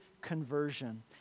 conversion